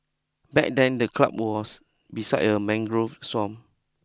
back then the club was beside a mangrove swamp